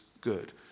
good